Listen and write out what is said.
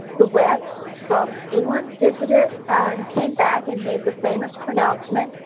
the webbs from england visited and came back and made the famous pronouncement,